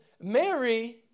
Mary